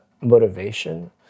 motivation